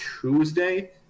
Tuesday